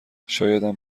شایدم